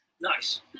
Nice